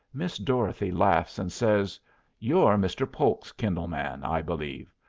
miss dorothy laughs and says you're mr. polk's kennel-man, i believe.